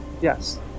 Yes